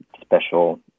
special